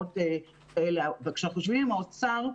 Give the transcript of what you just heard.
כשאנחנו יושבים עם האוצר,